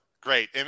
Great